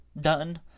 done